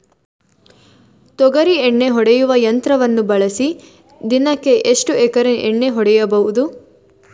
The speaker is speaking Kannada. ತೊಗರಿ ಎಣ್ಣೆ ಹೊಡೆಯುವ ಯಂತ್ರವನ್ನು ಬಳಸಿ ದಿನಕ್ಕೆ ಎಷ್ಟು ಎಕರೆ ಎಣ್ಣೆ ಹೊಡೆಯಬಹುದು?